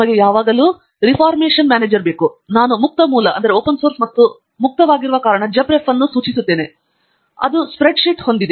ನಮಗೆ ಯಾವಾಗಲೂ reference manager ಬೇಕು ಮತ್ತು ನಾನು ಮುಕ್ತ ಮೂಲ ಮತ್ತು ಮುಕ್ತವಾಗಿರುವ ಕಾರಣ ಇದು ಜಬ್ರೀಫ್ ಅನ್ನು ಸೂಚಿಸುತ್ತದೆ ಮತ್ತು ಅದು ಕಾಣಿಸಿಕೊಂಡಂತೆ ಸ್ಪ್ರೆಡ್ಶೀಟ್ ಹೊಂದಿದೆ